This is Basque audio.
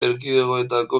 erkidegoetako